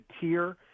tier